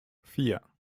vier